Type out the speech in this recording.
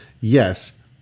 yes